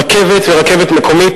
רכבת ורכבת מקומית,